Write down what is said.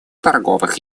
торговых